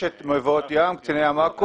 מבואות ים, קציני ים עכו,